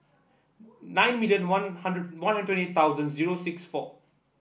nine million One Hundred One Hundred twenty eight thousand zero six four